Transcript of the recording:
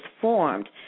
formed